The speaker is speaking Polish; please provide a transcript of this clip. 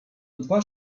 dwa